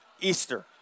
Easter